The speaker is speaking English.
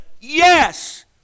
yes